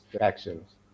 actions